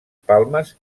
palmes